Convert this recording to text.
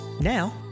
Now